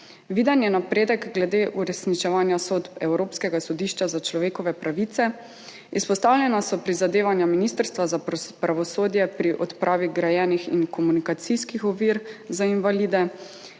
Viden je napredek glede uresničevanja sodb Evropskega sodišča za človekove pravice, izpostavljena so prizadevanja Ministrstva za pravosodje pri odpravi grajenih in komunikacijskih ovir za invalide,